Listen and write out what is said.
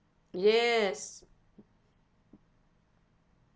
yes